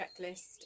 checklist